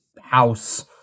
house